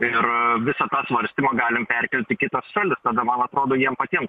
ir visą tą svarstymą galim perkelt į kitas šalis tada man atrodo jiem patiem